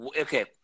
okay